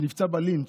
שנפצע בלינץ'